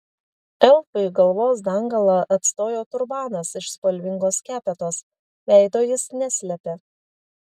elfui galvos dangalą atstojo turbanas iš spalvingos skepetos veido jis neslėpė